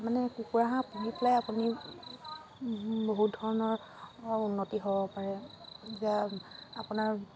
মানে কুকুৰা হাঁহ পুহি পেলাই আপুনি বহুত ধৰণৰ উন্নতি হ'ব পাৰে যে আপোনাৰ